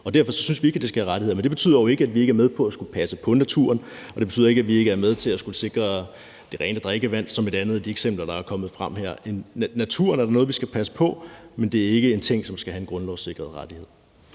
og derfor synes vi ikke, at den skal have rettigheder. Men det betyder jo ikke, at vi ikke er med på at skulle passe på naturen, og det betyder ikke, at vi ikke er med til at skulle sikre det rene drikkevand, som er et andet af de eksempler, der er kommet frem her. Naturen er noget, vi skal passe på, men det er ikke en ting, som skal have en grundlovssikret rettighed.